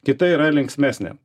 kita yra linksmesnė